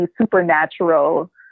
supernatural